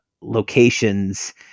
locations